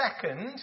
second